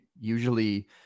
usually